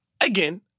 again